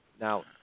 Now